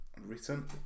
written